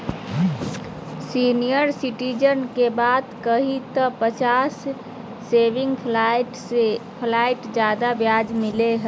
senior citizen के बात करही त पचास बेसिस प्वाइंट ज्यादा ब्याज मिलो हइ